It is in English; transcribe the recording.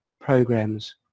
programs